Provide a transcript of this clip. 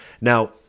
Now